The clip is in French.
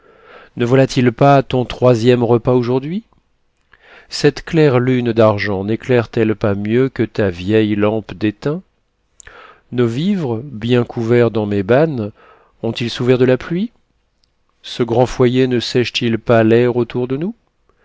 ne voilà-t-il pas ton troisième repas aujourd'hui cette claire lune d'argent néclaire t elle pas mieux que ta vieille lampe d'étain nos vivres bien couverts dans mes bannes ont-ils souffert de la pluie ce grand foyer ne sèche t il pas l'air autour de nous